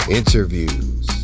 interviews